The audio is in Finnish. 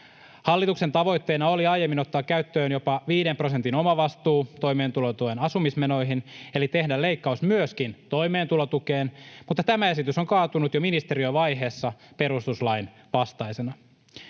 Hallituksen tavoitteena oli aiemmin ottaa käyttöön jopa viiden prosentin omavastuu toimeentulotuen asumismenoihin eli tehdä leikkaus myöskin toimeentulotukeen, mutta tämä esitys on kaatunut jo ministeriövaiheessa perustuslain vastaisena.